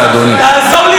אורן חזן,